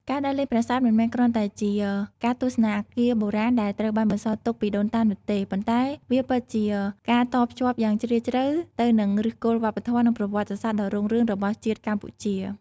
ការដើរលេងប្រាសាទមិនមែនគ្រាន់តែជាការទស្សនាអគារបុរាណដែលត្រូវបានបន្សល់ទុកពីដូនតានោះទេ ប៉ុន្តែវាពិតជាការតភ្ជាប់យ៉ាងជ្រាលជ្រៅទៅនឹងឫសគល់វប្បធម៌និងប្រវត្តិសាស្ត្រដ៏រុងរឿងរបស់ជាតិកម្ពុជា។